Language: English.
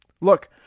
Look